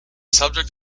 subject